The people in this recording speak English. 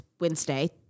Wednesday